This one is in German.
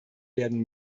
werden